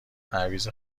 تعویض